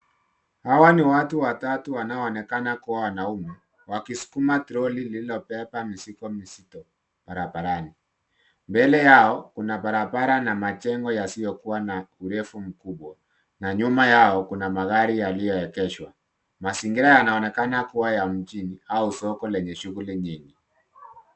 Hawa ni watu watatu wanaoonekana kuwa wanaume wakisukuma troli iliyobeba mzigo mzito barabarani. Mbele yao kuna barabara na majengo yasiyokuwa na urefu mkubwa, na nyuma yao kuna magari yaliyoegeshwa. Mazingira yanaonekana kuwa ya mjini au soko lenye shughuli nyingi.